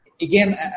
again